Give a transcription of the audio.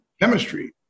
Chemistry